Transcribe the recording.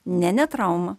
ne ne trauma